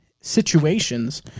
situations